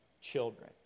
children